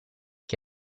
che